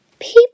People